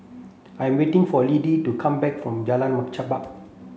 I'm waiting for Liddie to come back from Jalan Machang